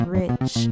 rich